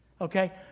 Okay